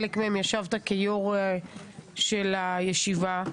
חלק מהם השבת כיו"ר של הישיבה,